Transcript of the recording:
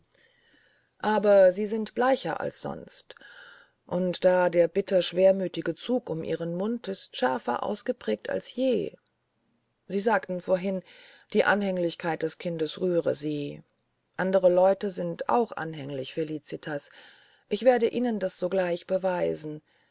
aber sie sind bleicher als sonst und da der bitter schwermütige zug um ihren mund ist schärfer ausgeprägt als je sie sagten vorhin die anhänglichkeit des kindes rühre sie andere leute sind auch anhänglich felicitas ich werde ihnen das sogleich beweisen